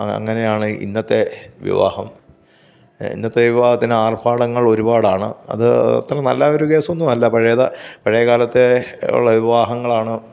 അങ്ങനെയാണ് ഇന്നത്തെ വിവാഹം ഇന്നത്തെ വിവാഹത്തിന് ആർഭാടങ്ങൾ ഒരുപാടാണ് അത് അത്ര നല്ല ഒരു കേസൊന്നുമല്ല പഴയത് പഴയ കാലത്ത് ഉള്ള വിവാഹങ്ങളാണ്